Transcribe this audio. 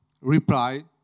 replied